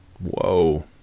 Whoa